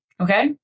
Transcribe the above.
okay